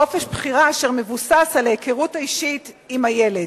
חופש בחירה אשר מבוסס על היכרות אישית עם הילד.